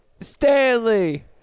Stanley